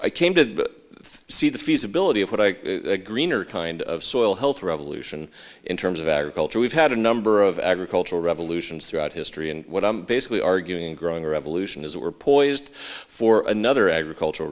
i came to see the feasibility of what i greener kind of soil health revolution in terms of agriculture we've had a number of agricultural revolutions throughout history and what i'm basically arguing growing revolution is that we're poised for another agricultural